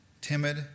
timid